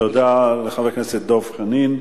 תודה לחבר הכנסת דב חנין.